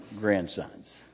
grandsons